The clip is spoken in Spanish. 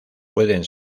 pueden